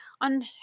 on